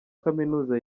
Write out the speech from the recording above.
kaminuza